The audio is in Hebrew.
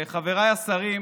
חבריי השרים,